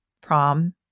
prom